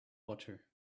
water